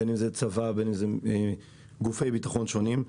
בין אם זה צבא או גופי ביטחון שונים,